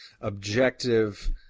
objective